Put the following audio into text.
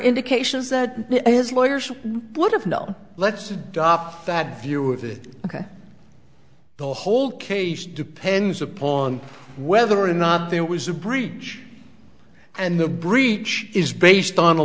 indications that his lawyers would have no let's drop that view of this ok the whole case depends upon whether or not there was a bridge and the breach is based on a